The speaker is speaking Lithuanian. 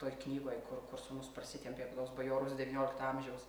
toj knygoj kur kur sūnus parsitempė apie tuos bajorus devyniolikto amžiaus